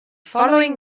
following